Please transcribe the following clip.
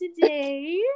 today